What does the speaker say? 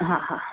हा हा